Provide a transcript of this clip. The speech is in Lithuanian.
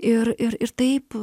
ir ir ir taip